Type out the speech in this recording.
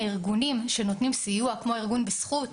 ארגונים שנותנים סיוע כמו ארגון "בזכות".